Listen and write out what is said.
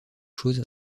chose